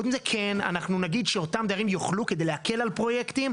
אנחנו נתיר לאותם הדיירים כדי להקל על פרויקטים.